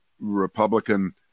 Republican